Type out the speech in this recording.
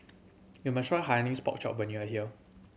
you must try Hainanese Pork Chop when you are here